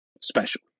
special